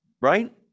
right